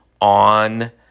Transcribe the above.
on